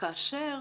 כאשר